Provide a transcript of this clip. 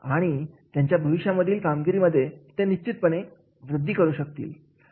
आणि त्यांच्या भविष्यामध्ये कामगिरी मध्ये ते निश्चितपणे वृद्धी करू शकतील